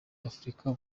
afrika